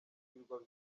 ibirwa